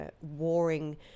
warring